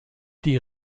die